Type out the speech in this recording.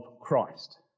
Christ